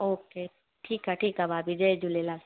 okay ठीकु आहे ठीकु आहे भाभी जय झूलेलाल